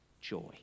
joy